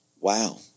wow